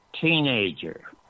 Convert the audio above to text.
teenager